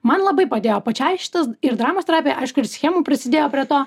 man labai padėjo pačiai šitas ir dramos terapija aišku ir schemų prisidėjo prie to